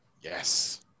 Yes